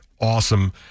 awesome